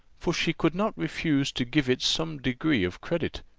for she could not refuse to give it some degree of credit,